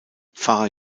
pfarrer